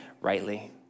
rightly